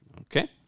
Okay